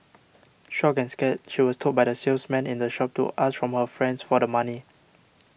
shocked and scared she was told by the salesman in the shop to ask from her friends for the money